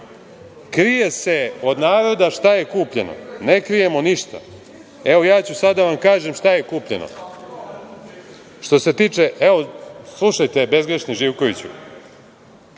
„Krije se od naroda šta je kupljeno“. Ne krijemo ništa. Evo, ja ću sad da vam kažem šta je kupljeno. Evo, slušajte, bezgrešni Živkoviću.(Zoran